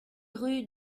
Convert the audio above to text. rue